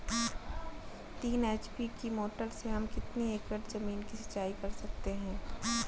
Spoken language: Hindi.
तीन एच.पी की मोटर से हम कितनी एकड़ ज़मीन की सिंचाई कर सकते हैं?